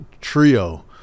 trio